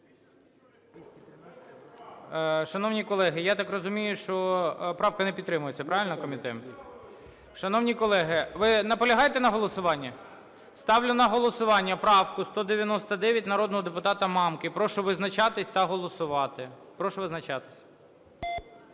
Шановні колеги, я так розумію, що правка не підтримується, правильно, комітетом? Шановні колеги, ви наполягаєте на голосуванні? Ставлю на голосування правку 199 народного депутата Мамки. Прошу визначатись та голосувати. Прошу визначатись.